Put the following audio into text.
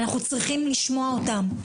אנחנו צריכים לשמוע אותם.